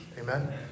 Amen